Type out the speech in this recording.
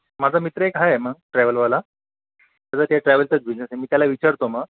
माझा मित्र एक आहे मग ट्रॅवलवाला ट्रॅवल्सचाच बिजनेस आहे मी त्याला विचारतो मग